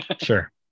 Sure